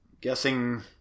Guessing